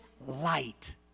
light